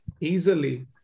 easily